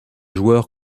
joueur